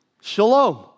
shalom